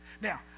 Now